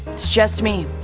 just me.